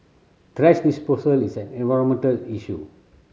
thrash disposal is an environmental issue